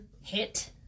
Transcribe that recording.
hit